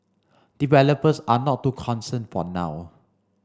developers are not too concerned for now